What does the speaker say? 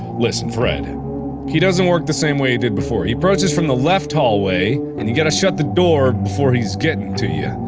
listen fred, and he doesn't work the same way he did before. he approaches from the left hallway, and you gotta shut the door, before he's gettin' to you.